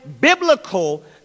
biblical